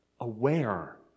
aware